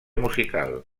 musical